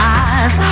eyes